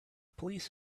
police